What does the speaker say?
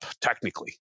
technically